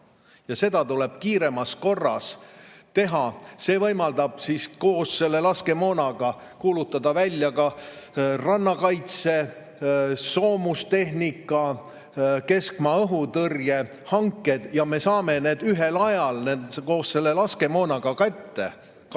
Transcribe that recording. Ja seda tuleb kiiremas korras teha. See võimaldab koos laskemoonaga kuulutada välja ka rannakaitse, soomustehnika, keskmaa‑õhutõrje hanked ja me saame need ühel ajal koos selle laskemoonaga kätte. Karta